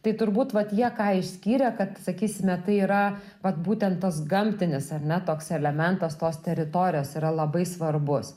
tai turbūt vat jie ką išskyrė kad sakysime tai yra vat būtent tas gamtinis ar ne toks elementas tos teritorijos yra labai svarbus